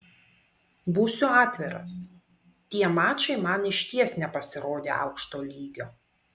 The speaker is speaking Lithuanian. būsiu atviras tie mačai man išties nepasirodė aukšto lygio